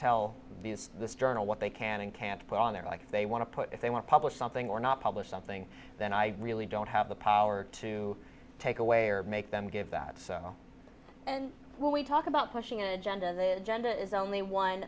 tell these this journal what they can and can't put on there like they want to put if they want to publish something or not publish something then i really don't have the power to take away or make them give that and when we talk about pushing an agenda then gender is only one